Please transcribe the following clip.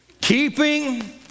Keeping